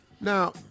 Now